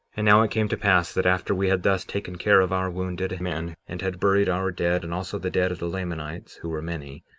and now it came to pass that after we had thus taken care of our wounded men, and had buried our dead and also the dead of the lamanites, who were many,